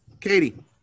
Katie